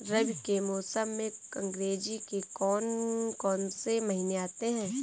रबी के मौसम में अंग्रेज़ी के कौन कौनसे महीने आते हैं?